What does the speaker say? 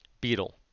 Beetle